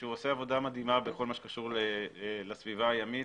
שהוא עושה עבודה מדהימה בכול מה שקשור לסביבה הימית,